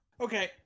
Okay